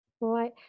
Right